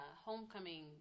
homecoming